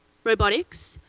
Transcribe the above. robotics,